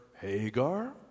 Hagar